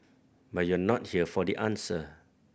but you're not here for the answer